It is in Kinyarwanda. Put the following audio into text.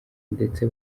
ndetse